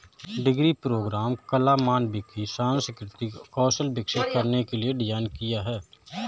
degree programme कला, मानविकी, सांस्कृतिक कौशल विकसित करने के लिए डिज़ाइन किया है